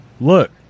look